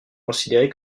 considérée